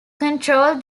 control